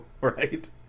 right